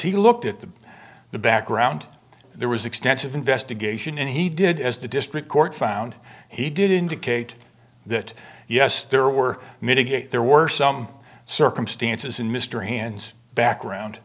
he looked at the the background there was extensive investigation and he did as the district court found he did indicate that yes there were mitigate there were some circumstances in mr hans